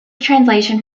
translation